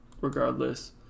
regardless